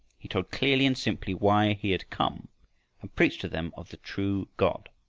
he told clearly and simply why he had come and preached to them of the true god.